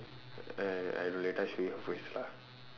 !hais! I don't know later I show you her face lah